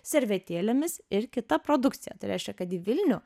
servetėlėmis ir kita produkcija tai reiškia kad į vilnių